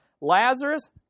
Lazarus